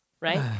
right